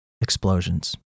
explosions